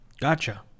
gotcha